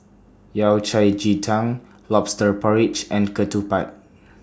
Yao Cai Ji Tang Lobster Porridge and Ketupat